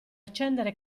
accendere